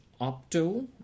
opto